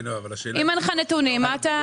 אבל אם אין לך נתונים מה אתה --- כן,